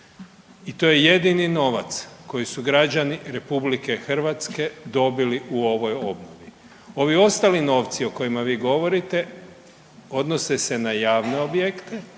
I to je jedini novac koji su građani RH dobili u ovoj obnovi. Ovi ostali novci o kojima vi govorite odnose se na javne objekte,